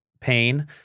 pain